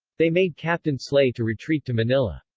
they made captain slay to retreat to manila.